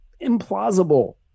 implausible